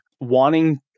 wanting